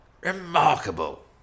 remarkable